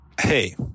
Hey